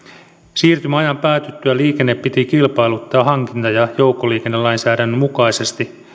siirtymäajan päätyttyä liikenne piti kilpailuttaa hankinta ja joukkoliikennelainsäädännön mukaisesti